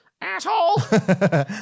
asshole